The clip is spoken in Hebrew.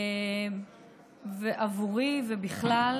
בעבורי ובכלל.